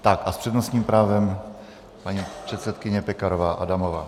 S přednostním právem paní předsedkyně Pekarová Adamová.